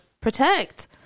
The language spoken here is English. protect